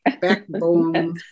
backbone